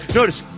notice